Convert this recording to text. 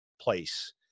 place